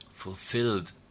Fulfilled